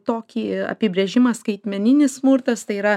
tokį apibrėžimą skaitmeninis smurtas tai yra